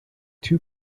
two